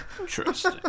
Interesting